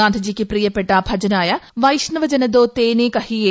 ഗാന്ധിജിക്ക് പ്രിയപ്പെട്ട ഭജൻ ആയ വൈഷ്ണവ ജനതോ തേനേ കഹിയേ